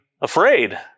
afraid